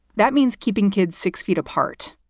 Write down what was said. that means keeping kids six feet apart,